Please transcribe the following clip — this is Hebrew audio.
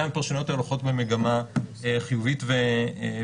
גם אם הפרשנויות האלה הולכות במגמה חיובית ונכונה.